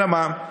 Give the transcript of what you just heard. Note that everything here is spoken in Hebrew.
אלא מה?